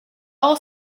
all